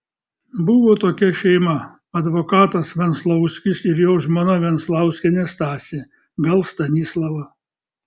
buvo tokia šeima advokatas venclauskis ir jo žmona venclauskienė stasė gal stanislava